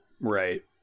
Right